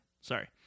Sorry